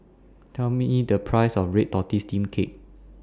Tell Me E The Price of Red Tortoise Steamed Cake